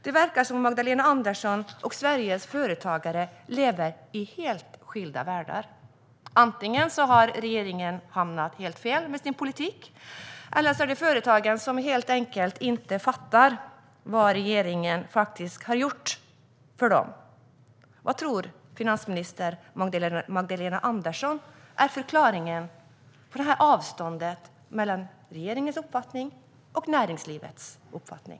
Det verkar som om Magdalena Andersson och Sveriges företagare lever i helt skilda världar. Antingen har regeringen hamnat helt fel med sin politik eller så är det företagen som helt enkelt inte fattar vad regeringen faktiskt har gjort för dem. Vad tror finansminister Magdalena Andersson är förklaringen till detta avstånd mellan regeringens uppfattning och näringslivets uppfattning?